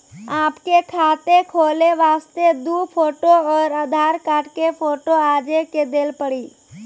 आपके खाते खोले वास्ते दु फोटो और आधार कार्ड के फोटो आजे के देल पड़ी?